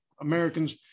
Americans